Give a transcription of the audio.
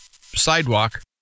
sidewalk